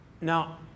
Now